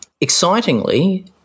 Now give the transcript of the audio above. excitingly